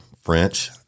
French